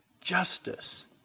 justice